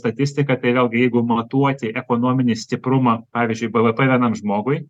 statistiką tai vėlgi jeigu matuoti ekonominį stiprumą pavyzdžiui bvp vienam žmogui